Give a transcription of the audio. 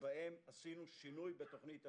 שבהם עשינו שינוי בתוכנית הלימוד: